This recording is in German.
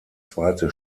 zweite